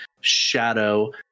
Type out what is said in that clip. shadow